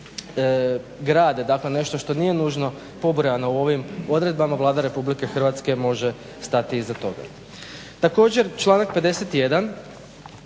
nešto što nije nužno pobrojano u ovim odredbama Vlada RH može stati iza toga. Također članak